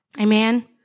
Amen